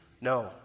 no